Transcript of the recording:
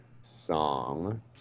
song